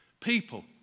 People